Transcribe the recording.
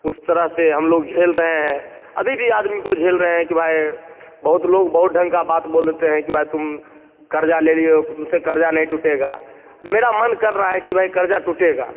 उस तरह से हम लोग झेल रहे हैं अभी आदमी को झेल रहें हैं कि भाई बहुत लोग बहुत ढंग का बात बोल देते हैं कि भाई तुम क़र्ज़ा ले लिए हो कि तुमसे क़र्ज़ा नहीं टूटेगा मेरा मन कर रहा है कि भाई क़र्ज़ा टूटेगा